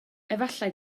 efallai